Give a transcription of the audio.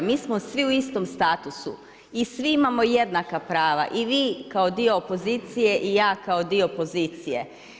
Mi smo svi u istom statusu i svi imamo jednaka prava i vi kao dio opozicije i ja kao dio pozicije.